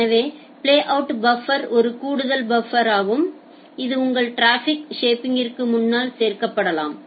எனவே playout buffer ஒரு கூடுதல் பஃபர் ஆகும் இது உங்கள் டிராஃபிக் ஷேப்பருக்கு முன்னால் சேர்க்கப்படலாம்